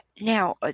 Now